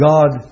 God